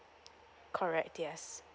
correct yes